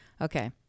Okay